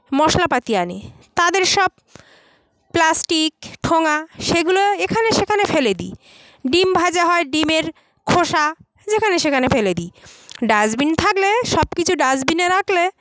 মশলাপাতি আনি তাদের সব প্লাস্টিক ঠোঙা সেগুলো এখানে সেখানে ফেলে দিই ডিম ভাজা হয় ডিমের খোসা যেখানে সেখানে ফেলে দিই ডাস্টবিন থাকলে সব কিছু ডাস্টবিনে রাখলে